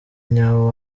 nyawo